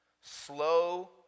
slow